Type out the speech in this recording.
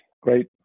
Great